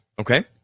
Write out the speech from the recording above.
okay